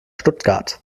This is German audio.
stuttgart